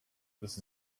this